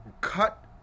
cut